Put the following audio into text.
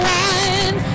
one